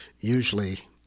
Usually